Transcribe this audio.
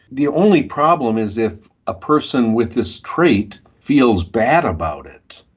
the only problem is if a person with this trait feels bad about it.